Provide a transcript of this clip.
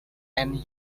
and